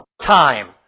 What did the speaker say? time